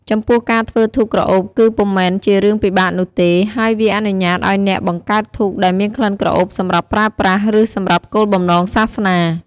ចំពោះការធ្វើធូបក្រអូបគឺពុំមែនជារឿងពិបាកនោះទេហើយវាអនុញ្ញាតឱ្យអ្នកបង្កើតធូបដែលមានក្លិនក្រអូបសម្រាប់ប្រើប្រាស់ ឬសម្រាប់គោលបំណងសាសនា។